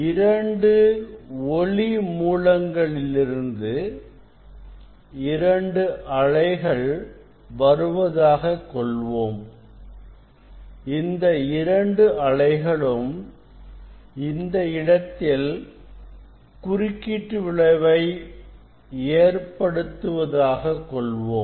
இரண்டு ஒளிமூலங்களிலிருந்து இரண்டு அலைகள் வருவதாக கொள்வோம் இந்த இரண்டு அலைகளும் இந்த இடத்தில் குறுக்கீட்டு விளைவை ஏற்படுத்துவதாக கொள்வோம்